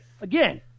Again